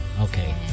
Okay